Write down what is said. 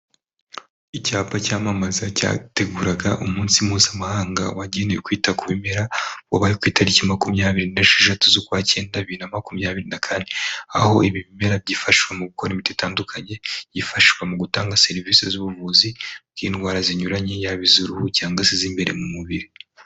Icyapa cyamamaza cyateguraga umunsi mpuzamahanga wagenewe kwita ku bimera wabaye ku itariki makumyabiri n'esheshatu z'ukwa cyenda bibiri na makumyabiri na kane, aho ibimera byifashwa mu gukora imiti bitandukanye byifashishwa mu gutanga serivisi z'ubuvuzi bw'indwara zinyuranye yaba iz'uruhu cyangwa se iz'imbere mu mubiri.